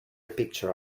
picture